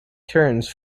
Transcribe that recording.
turns